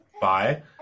bye